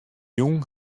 jûn